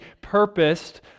purposed